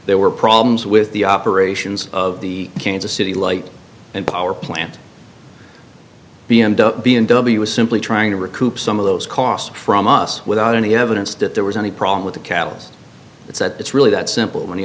there were problems with the operations of the kansas city light and power plant b m w and w was simply trying to recoup some of those costs from us without any evidence that there was any problem with the catalyst it's that it's really that simple when